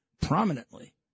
prominently